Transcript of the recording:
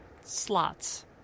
slots